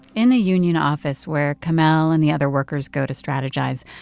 in the union office where kamel and the other workers go to strategize,